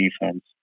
defense